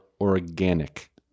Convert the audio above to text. organic